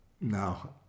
no